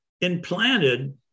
implanted